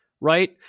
right